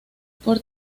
por